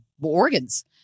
organs